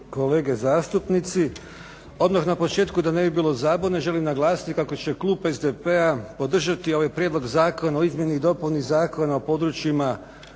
kolege zastupnici. Odmah na početku da ne bi bilo zabune želim naglasiti kako će klub SDP-a podržati ovaj Prijedlogu zakona o izmjeni i dopuni Zakona o područjima